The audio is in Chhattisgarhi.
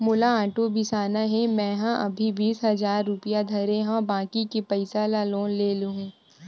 मोला आटो बिसाना हे, मेंहा अभी बीस हजार रूपिया धरे हव बाकी के पइसा ल लोन ले लेहूँ